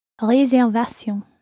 Réservation